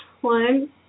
One